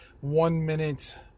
one-minute